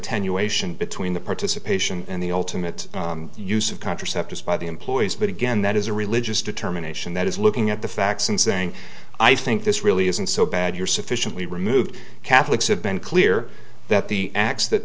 attenuation between the participation in the ultimate use of contraceptives by the employees but again that is a religious determination that is looking at the facts and saying i think this really isn't so bad you're sufficiently removed catholics have been clear that the acts that